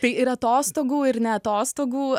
tai ir atostogų ir ne atostogų